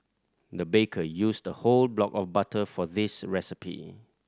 the baker used a whole block of butter for this recipe